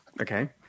Okay